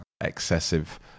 excessive